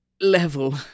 level